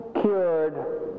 cured